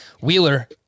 Wheeler